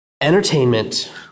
Entertainment